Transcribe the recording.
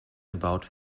about